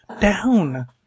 down